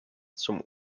zum